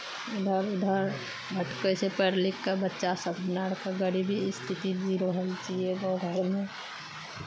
इधर उधर भटकै छै पढ़ि लिखि कऽ बच्चासभ हमरा अरके गरीबी स्थिति जी रहल छियै गाँव घरमे